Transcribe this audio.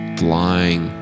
flying